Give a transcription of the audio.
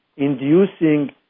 inducing